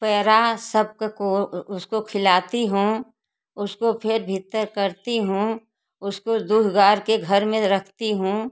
para सब क को उसको खिलाती हूँ उसको फेर भीत्तर करती हूँ उसको दूध गार के घर में रखती हूँ